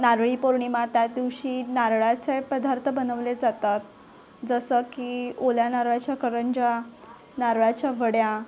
नारळी पौर्णिमा त्या दिवशी नारळाचे पदार्थ बनवले जातात जसं की ओल्या नारळाच्या करंज्या नारळाच्या वड्या